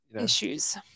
Issues